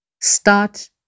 Start